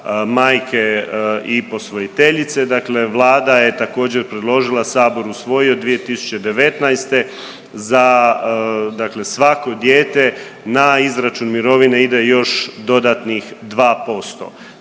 majke i posvojiteljice, dakle Vlada je također, predložila, Sabor je usvojio 2019., za dakle svako dijete na izračun mirovine ide još dodatnih 2%.